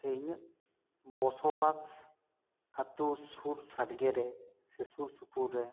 ᱥᱮ ᱤᱧᱟᱹᱜ ᱵᱚᱥᱚᱵᱟᱥ ᱟᱛᱳ ᱥᱩᱨ ᱥᱟᱰᱜᱮ ᱨᱮ ᱥᱮ ᱥᱩᱨ ᱥᱩᱯᱩᱨ ᱨᱮ